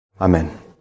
Amen